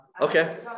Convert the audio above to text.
Okay